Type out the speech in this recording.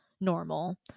normal